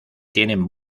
tienen